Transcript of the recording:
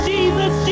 Jesus